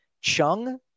Chung